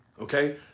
okay